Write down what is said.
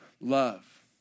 love